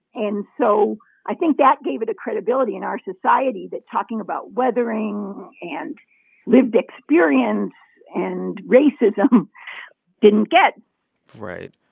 and so i think that gave it a credibility in our society that talking about weathering and lived experience and racism didn't get right.